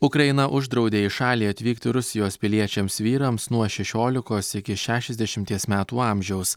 ukraina uždraudė į šalį atvykti rusijos piliečiams vyrams nuo šešiolikos iki šešiasdešimties metų amžiaus